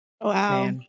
wow